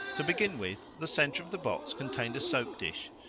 to begin with, the centre of the box contained a soap-dish,